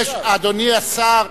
אדוני השר,